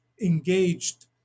engaged